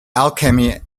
alchemy